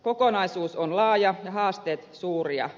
kokonaisuus on laaja ja haasteet suuria